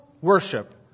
worship